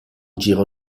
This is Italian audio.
giro